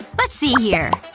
let's see here.